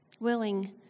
Willing